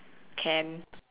can